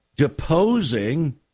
deposing